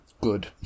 Good